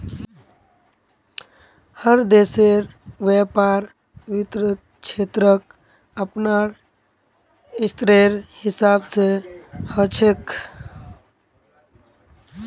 हर देशेर व्यापार वित्त क्षेत्रक अपनार स्तरेर हिसाब स ह छेक